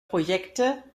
projekte